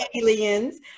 aliens